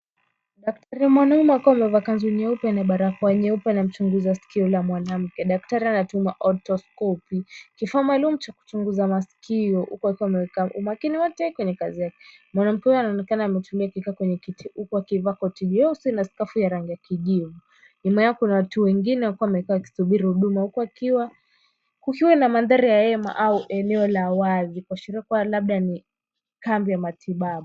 Daktari mwanaume akiwa amevaa kanzu nyeupe na barakoa nyeupe, anamchunguza sikio la mwanamke. Daktari anatumia autoskopi, kifaa maalum cha kuchunguza maskio. Huku akiwa ameweka umakini wote kwenye kazi yake. Mwanamke huyu anaonekana ametumia kifaa kwenye kiti, huku akivaa koti jeusi na skafu ya rangi ya kijivu. Nyuma yao kuna watu wengine wakiwa wamekaa wakisubiri huduma, huku kukiwa na mandhari ya hema au eneo la wazi. Kuashiria kuwa labda ni kambi ya matibabu.